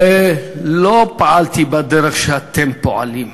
ולא פעלתי בדרך שאתם פועלים.